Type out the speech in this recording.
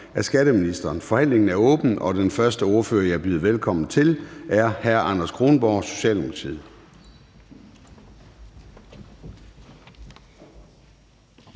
(Søren Gade): Forhandlingen er åbnet, og den første ordfører, jeg byder velkommen til, er hr. Anders Kronborg, Socialdemokratiet.